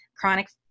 chronic